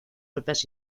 propias